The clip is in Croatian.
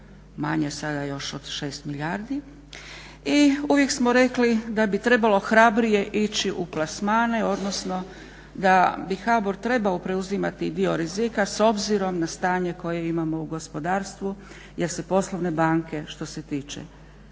manje sada još od 6 milijardi. I uvijek smo rekli da bi trebalo hrabrije ići u plasmane, odnosno da bi HBOR trebao preuzimati i dio rizika s obzirom na stanje koje imamo u gospodarstvu jer se poslovne banke što se tiče